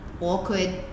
awkward